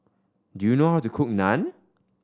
do you know how to cook Naan